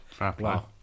Wow